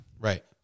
Right